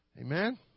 Amen